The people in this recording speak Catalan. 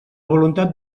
voluntat